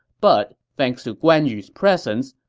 but, thanks to guan yu's presence,